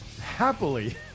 happily